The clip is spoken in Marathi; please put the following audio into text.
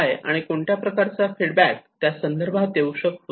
काय आणि कोणत्या प्रकारचा फीडबॅक त्या संदर्भात येऊ शकतो